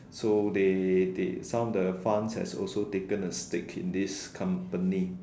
so they they some of the fund has also taken a stick in this company